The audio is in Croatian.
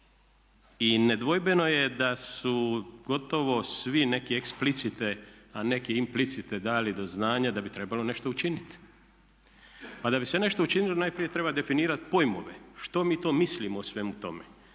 i nedvojbeno je da su gotovo svi neki eksplicite a neki implicite dali do znanja da bi trebalo nešto učiniti. A da bi se nešto učinilo najprije treba definirati pojmove što mi to mislimo o svemu tome,